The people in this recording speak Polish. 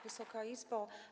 Wysoka Izbo!